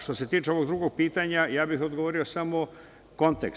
Što se tiče ovog drugog pitanja, ja bih odgovorio samo – kontekst.